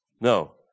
No